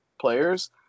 players